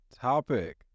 topic